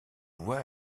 voie